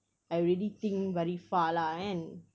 I already think very far lah kan